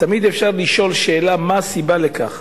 תמיד אפשר לשאול מה הסיבה לכך.